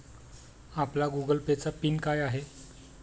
आपला Google Pay चा PIN काय आहे?